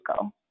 go